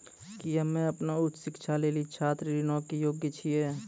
कि हम्मे अपनो उच्च शिक्षा लेली छात्र ऋणो के योग्य छियै?